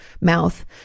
mouth